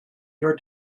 your